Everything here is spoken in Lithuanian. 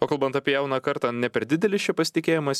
o kalbant apie jauną kartą ne per didelis čia pasitikėjimas